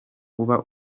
uba